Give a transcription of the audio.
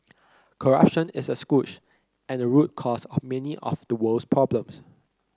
corruption is a scourge and a root cause of many of the world's problems